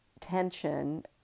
tension